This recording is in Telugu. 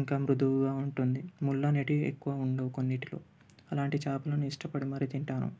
ఇంకా మృదువుగా ఉంటుంది ముళ్ళు అనేవి ఎక్కువ ఉండవు కొన్నింటిలో అలాంటి చేపలను ఇష్టపడి మరీ తింటాను